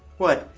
what?